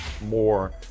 more